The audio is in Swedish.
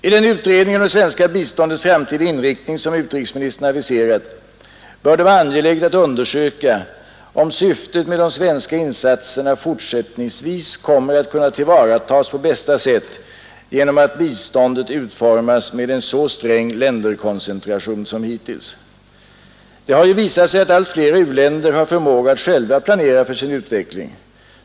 I den utredning om det svenska biståndets framtida inriktning, som utrikesministern aviserat, bör det vara angeläget att undersöka om syftet med de svenska insatserna fortsättningsvis kommer att kunna tillvaratas på bästa sätt genom att biståndet utformas med en så sträng länderkoncentration som hittills. Det har ju visat sig att allt flera u-länder har förmåga att själva planera för sin utveckling.